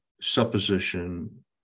supposition